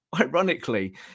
ironically